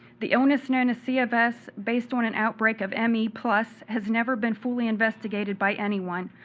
the illness known as cfs, based on an outbreak of me plus has never been fully investigated by anyone.